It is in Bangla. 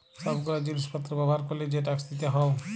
সব গুলা জিলিস পত্র ব্যবহার ক্যরলে যে ট্যাক্স দিতে হউ